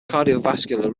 cardiovascular